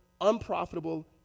unprofitable